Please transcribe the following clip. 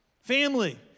Family